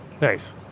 Nice